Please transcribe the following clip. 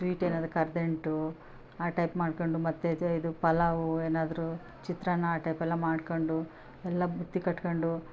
sweet ಏನಾದರು ಕರದಂಟು ಆ ಟೈಪ್ ಮಾಡ್ಕೊಂಡು ಮತ್ತೆ ಜೆ ಇದು ಪಲಾವು ಏನಾದರು ಚಿತ್ರಾನ್ನ ಆ ಟೈಪಲ್ಲ ಮಾಡ್ಕೊಂಡು ಎಲ್ಲ ಬುತ್ತಿಗೆ ಕಟ್ಕೊಂಡು